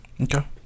Okay